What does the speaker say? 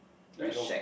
red or